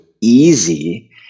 easy